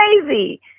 crazy